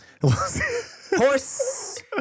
Horse